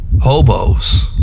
Hobos